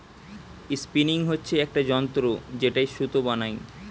spinning হচ্ছে একটা যন্ত্র যেটায় সুতো বানাই